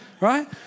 right